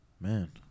Man